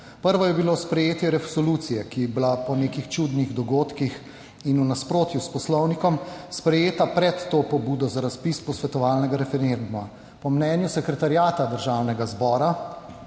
Prvo je bilo sprejetje resolucije, ki je bila po nekih čudnih dogodkih in v nasprotju s Poslovnikom sprejeta pred to pobudo za razpis posvetovalnega referenduma. Po mnenju sekretariata Državnega zbora,